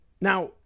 Now